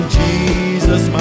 jesus